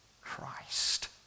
Christ